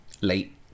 late